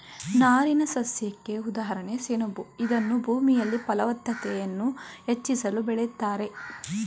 ನಾರಿನಸಸ್ಯಕ್ಕೆ ಉದಾಹರಣೆ ಸೆಣಬು ಇದನ್ನೂ ಭೂಮಿಯಲ್ಲಿ ಫಲವತ್ತತೆಯನ್ನು ಹೆಚ್ಚಿಸಲು ಬೆಳಿತಾರೆ